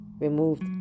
removed